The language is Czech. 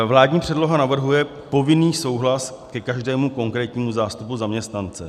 Vládní předloha navrhuje povinný souhlas ke každému konkrétnímu zástupu zaměstnance.